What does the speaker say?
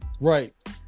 Right